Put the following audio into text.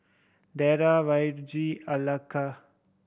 Darrel Virge